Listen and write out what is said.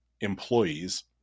employees